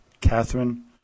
Catherine